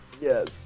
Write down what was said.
yes